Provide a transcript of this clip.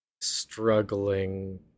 struggling